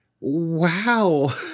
wow